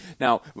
Now